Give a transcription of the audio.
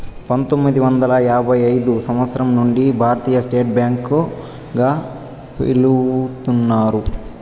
పంతొమ్మిది వందల యాభై ఐదు సంవచ్చరం నుండి భారతీయ స్టేట్ బ్యాంక్ గా పిలుత్తున్నారు